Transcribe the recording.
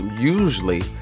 usually